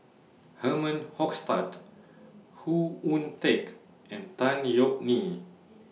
Herman Hochstadt Khoo Oon Teik and Tan Yeok Nee